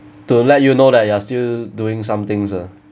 to let you know that you are still doing some things ah